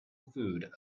food